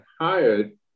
hired